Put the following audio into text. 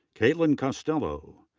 kaitlyn costello.